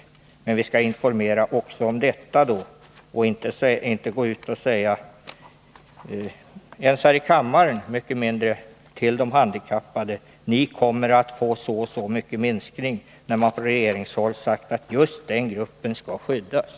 Men då skall vi informera också om detta och inte gå ut och säga — allra minst här i kammaren -—till de handikappade att de kommer att få vidkännas en så och så stor minskning. På regeringshåll har man ju sagt att just den gruppen skall skyddas.